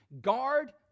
guard